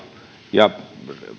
ja